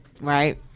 right